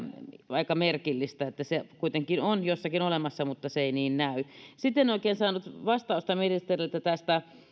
aika merkillistä että se kuitenkin on jossakin olemassa mutta se ei niin näy sitten en oikein saanut vastausta ministeriltä tästä